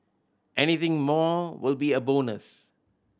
anything more will be a bonus